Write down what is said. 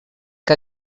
que